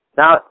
now